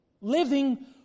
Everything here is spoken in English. Living